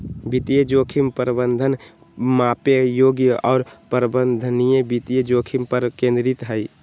वित्तीय जोखिम प्रबंधन मापे योग्य और प्रबंधनीय वित्तीय जोखिम पर केंद्रित हई